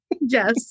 Yes